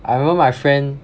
I remember my friend